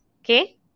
Okay